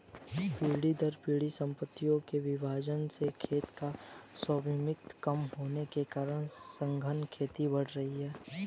पीढ़ी दर पीढ़ी सम्पत्तियों के विभाजन से खेतों का स्वामित्व कम होने के कारण सघन खेती बढ़ी है